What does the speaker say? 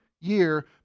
year